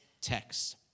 text